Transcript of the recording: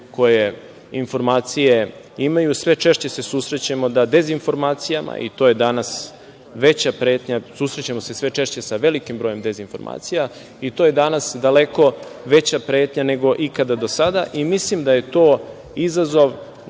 koje informacije imaju, sve češće se susrećemo da dezinformacijama, i to je danas veća pretnja, susrećemo se sve češće sa velikim brojem dezinformacija, i to je danas daleko veća pretnja nego ikada do sada i mislim da je to izazov